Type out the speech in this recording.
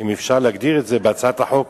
אם אפשר להגדיר את זה בהצעת החוק.